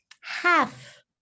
half